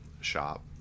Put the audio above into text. shop